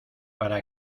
para